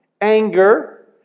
anger